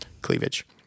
cleavage